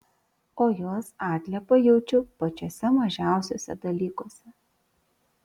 o jos atliepą jaučiu pačiuose mažiausiuose dalykuose